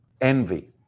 Envy